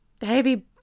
heavy